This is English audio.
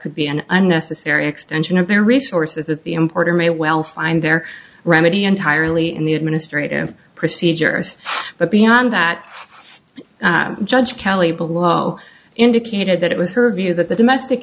could be an unnecessary extension of their resources at the importer may well find their remedy entirely in the administrative procedure but beyond that judge kaleeba law indicated that it was her view that the domestic